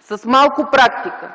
с малко практика,